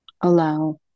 allow